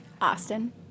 Austin